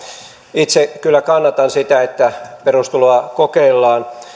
itse kyllä kannatan sitä että perustuloa kokeillaan